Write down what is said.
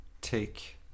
take